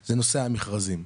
בסדר.